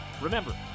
Remember